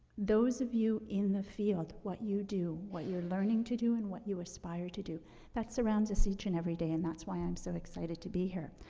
those of you in the field, what you do, what you're learning to do, and what you aspire to do that surrounds us each and every day, and that's why i'm so excited to be here.